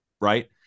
Right